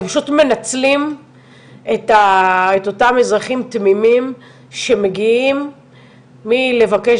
הם פשוט מנצלים את אותם אזרחים תמימים שמגיעים מלבקש